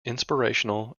inspirational